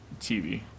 TV